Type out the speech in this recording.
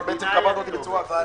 אבל קברת אותי בצורה כזאת.